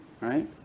right